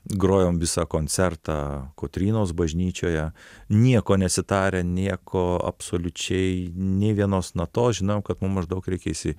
grojom visą koncertą kotrynos bažnyčioje nieko nesitarę nieko absoliučiai nei vienos natos žinau kad mum maždaug reikia įsi